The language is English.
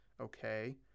Okay